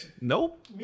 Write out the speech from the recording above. Nope